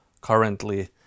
currently